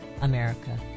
America